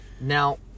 Now